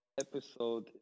Episode